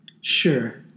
sure